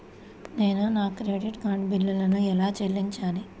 నేను నా credit card బిల్లును ఎలా చెల్లించాలీ?